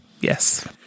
Yes